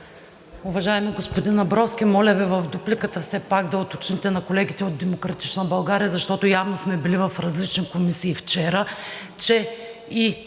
Уважаеми господин Абровски, моля Ви в дупликата, все пак, да уточните на колегите от „Демократична България“, защото явно сме били в различни комисии вчера, че и